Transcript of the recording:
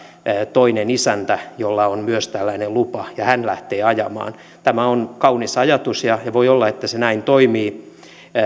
toinen isäntä jolla on myös tällainen lupa ja hän lähtee ajamaan tämä on kaunis ajatus ja voi olla että se näin toimii